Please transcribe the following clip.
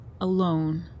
alone